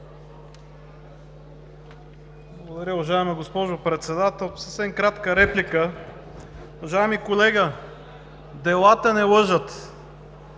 Благодаря Ви, уважаема госпожо Председател. Съвсем кратка реплика. Уважаеми колега, делата не лъжат!